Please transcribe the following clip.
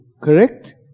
Correct